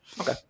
Okay